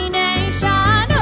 nation